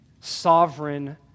sovereign